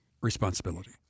responsibility